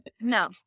no